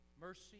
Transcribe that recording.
mercy